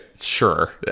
sure